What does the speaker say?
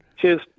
Cheers